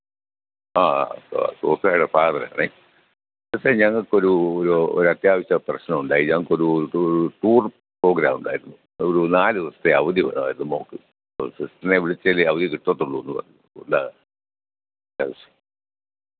ആ സോ സോഫിയായുടെ ഫാദറാണെ മിസ്സേ ഞങ്ങൾക്കൊരൂ ഒരു അത്യാവശ്യം പ്രശ്നമുണ്ടായ് ഞങ്ങൾക്കൊരു ടൂ ടൂറ് പ്രോഗ്രാം ഉണ്ടായിരുന്നു ഒരു നാല് ദിവസത്തെ അവധി വേണമായിരുന്നു മോൾക്ക് അപ്പം സിസ്റ്റർനെ വിളിച്ചാലേ അവധി കിട്ടത്തുള്ളൂന്ന് പറഞ്ഞു അതോണ്ടാ അത്